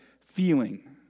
feeling